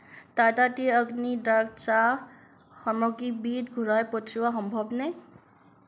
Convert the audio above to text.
Tata tea Agni dust চাহ সামগ্ৰীবিধ ঘূৰাই পঠিওৱা সম্ভৱনে